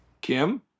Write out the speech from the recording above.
Kim